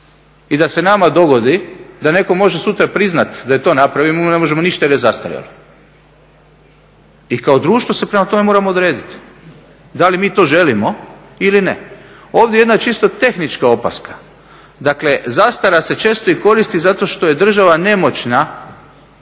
i da se nama dogodi da netko može sutra priznat da je to napravio mi mu ne možemo ništa jer je zastarjelo. I kao društvo se prema tome moramo odredit, da li mi to želimo ili ne. Ovdje je jedna čisto tehnička opaska, dakle zastara se često i koristi zato što je država nemoćna